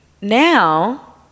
now